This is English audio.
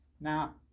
Now